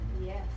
Yes